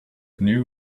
knew